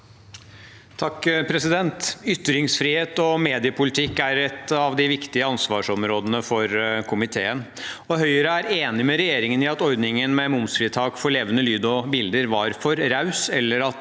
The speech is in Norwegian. (H) Ytringsfrihet og me- diepolitikk er et av de viktige ansvarsområdene for komiteen. Høyre er enig med regjeringen i at ordningen med momsfritak for levende lyd og bilder var for raus,